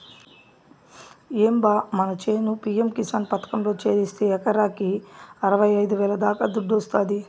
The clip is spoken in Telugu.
ఏం బా మన చేను పి.యం కిసాన్ పథకంలో చేరిస్తే ఎకరాకి అరవైఐదు వేల దాకా దుడ్డొస్తాది